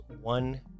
one